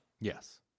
Yes